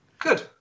Good